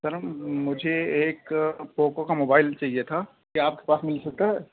سر ہم مجھے ایک پوکو کا موبائل چاہیے تھا کیا آپ کے پاس مل سکتا ہے